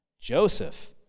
Joseph